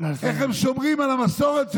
איך הם שומרים על המסורת שלהם.